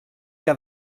que